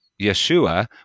Yeshua